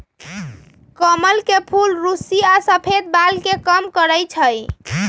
कमल के फूल रुस्सी आ सफेद बाल के कम करई छई